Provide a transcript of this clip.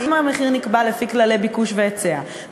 אם המחיר נקבע לפי כללי ביקוש והיצע,